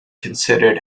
considered